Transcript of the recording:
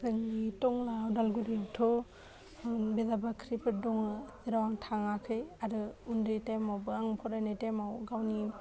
जोंनि टंला अदालगुरियावथ' बिनाब बाख्रिफोर दङ जेराव आं थाङाखै आरो उन्दै टाइमावबो आं फरायनाय टाइमाव गावनि